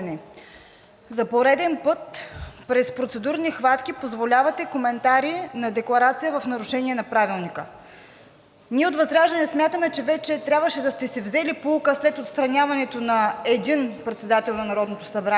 За пореден път през процедурни хватки позволявате коментари на декларация в нарушение на Правилника. Ние от ВЪЗРАЖДАНЕ смятаме, че вече трябваше да сте си взели поука след отстраняването на един председател на Народното събрание